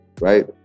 right